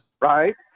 Right